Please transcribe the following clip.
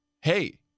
hey